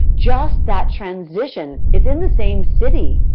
just that transition it's in the same city.